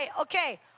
Okay